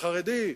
לחינוך החרדי,